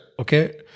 Okay